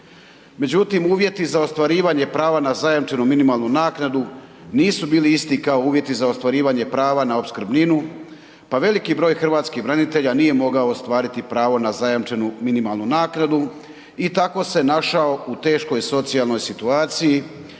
Međutim, uvjeti za ostvarivanje prava na zajamčenu minimalnu naknadu nisu bili isti kao uvjeti za ostvarivanje prava na opskrbninu, pa veliki broj hrvatskih branitelja nije mogao ostvariti pravo na zajamčenu minimalnu naknadu i tako se našao u teškoj socijalnoj situaciji